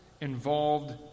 involved